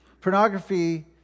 pornography